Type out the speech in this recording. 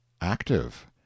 active